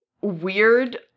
weird